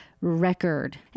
record